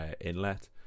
inlet